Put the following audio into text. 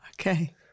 okay